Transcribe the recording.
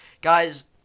Guys